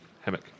hammock